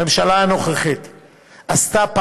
הממשלה הנוכחית עשתה,